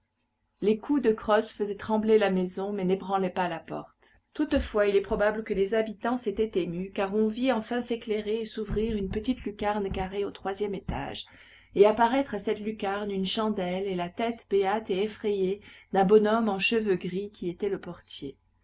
les coups de crosse faisaient trembler la maison mais n'ébranlaient pas la porte toutefois il est probable que les habitants s'étaient émus car on vit enfin s'éclairer et s'ouvrir une petite lucarne carrée au troisième étage et apparaître à cette lucarne une chandelle et la tête béate et effrayée d'un bonhomme en cheveux gris qui était le portier